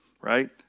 right